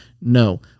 No